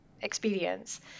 experience